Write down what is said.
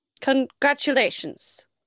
congratulations